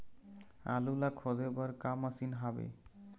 आलू ला खोदे बर का मशीन हावे?